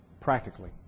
practically